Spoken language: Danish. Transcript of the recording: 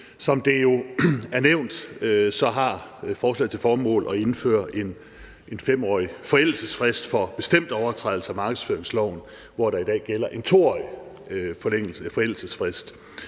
Som det er nævnt, har forslaget til formål at indføre en 5-årig forældelsesfrist for bestemte overtrædelser af markedsføringsloven, hvor der i dag gælder en 2-årig forældelsesfrist.